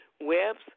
Webs